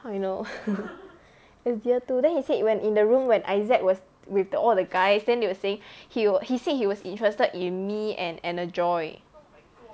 how I know it was year two then he said when in the room when isaac was with the all the guys then they were saying he was he said he was interested in me and anna joy